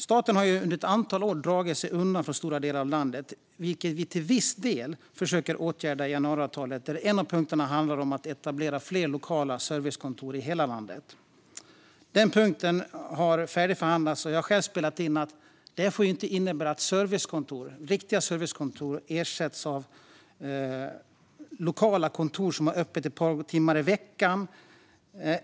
Staten har under ett antal år dragit sig undan från stora delar av landet, vilket vi till viss del försöker åtgärda i januariavtalet. En av punkterna handlar om att etablera fler lokala servicekontor i hela landet. Den punkten har färdigförhandlats, och jag har själv spelat in att detta inte får innebära att riktiga servicekontor ersätts av lokala kontor som har öppet ett par timmar i veckan.